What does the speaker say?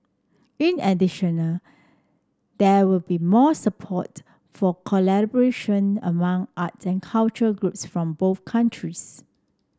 in additional there will be more support for collaboration among art and culture groups from both countries